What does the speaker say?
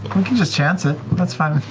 can can just chance it. that's fine